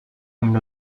amb